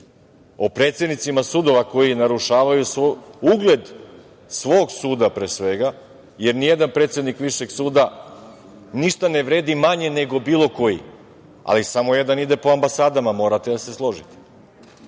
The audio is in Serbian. o predsednicima sudova koji narušavaju ugled svog suda pre svega, jer nijedan predsednik višeg suda ništa ne vredi manje nego bilo koji, ali samo jedan po ambasadama, morate da se složite,